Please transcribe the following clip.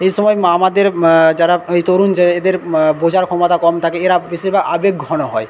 এই সময় আমাদের যারা এই তরুণ যে এদের বোঝার ক্ষমতা কম থাকে এরা বেশিরভাগ আবেগঘন হয়